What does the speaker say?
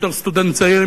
בתור סטודנט צעיר,